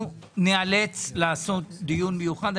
אנחנו ניאלץ לעשות דיון מיוחד.